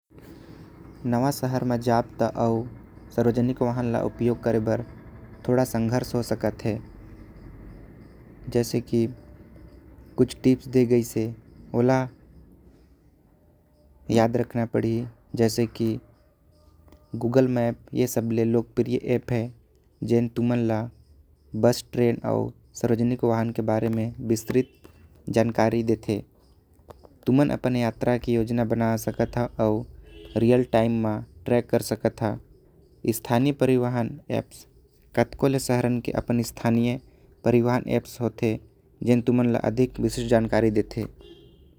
नवा शहर म जाब त आऊ सरोजनी कमल ल उपयोग करे। बर थोड़ा संघर्ष हो सकत हे जैसे कि कुछ टिप देह गेस है। ओला याद रखना पढ़ी जैसे कि गूगल मैप लोकप्रिय ऐप है। जैसे कि तुमान ल बस ट्रेन आऊ सरोजनी कमल के बारे। में विस्तृत जानकारी देते तुमान अपन यात्रा के योजना बना सकत ह। रियल टाइम म ट्रैक कर सकत ह। स्थानीय परिवहन ऐप से जो तुमान ल अधिक जानकारी देते।